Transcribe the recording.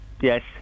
Yes